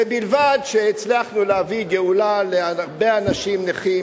ובלבד שהצלחנו להביא גאולה להרבה אנשים נכים,